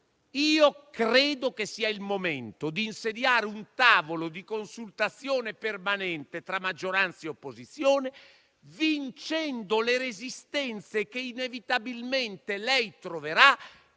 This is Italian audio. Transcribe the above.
credo che sia il momento di insediare un tavolo di consultazione permanente tra maggioranza e opposizione, vincendo le resistenze che inevitabilmente lei troverà